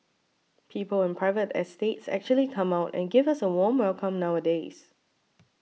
people in private estates actually come out and give us a warm welcome nowadays